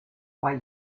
why